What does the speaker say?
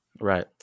Right